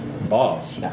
Boss